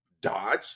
dodge